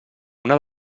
una